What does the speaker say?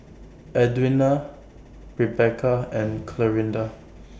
Edwina Rebeca and Clarinda